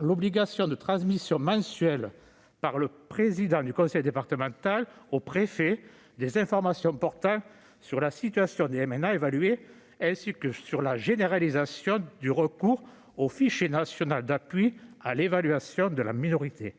l'obligation de transmission mensuelle, par le président du conseil départemental, au préfet des informations portant sur la situation des MNA évalués, ainsi que la généralisation du recours au fichier national d'appui à l'évaluation de la minorité.